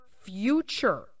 future